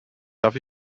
darf